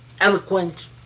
eloquent